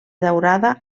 daurada